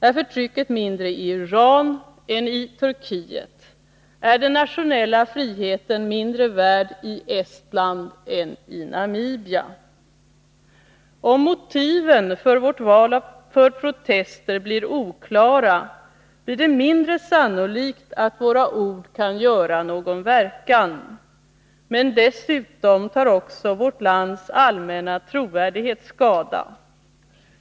Är förtrycket mindre i Iran än i Turkiet? Är den nationella friheten mindre värd i Estland än i Namibia? Om motiven för vårt val av fall för protester blir oklara, blir det mindre sannolikt att våra ord kan göra någon verkan. Men dessutom tar vårt lands allmänna trovärdighet skada.